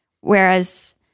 Whereas